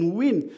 win